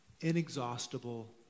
inexhaustible